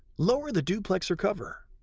lower the duplexer cover.